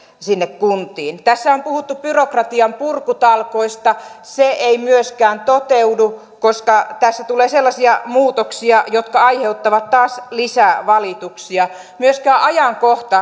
sinne kuntiin tässä on puhuttu byrokratian purkutalkoista se ei myöskään toteudu koska tässä tulee sellaisia muutoksia jotka aiheuttavat taas lisää valituksia myöskään ajankohta